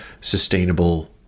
sustainable